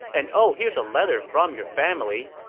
and oh here's a letter from your family.